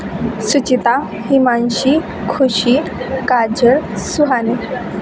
Suchita Himanshi Khushi Kajal Suhani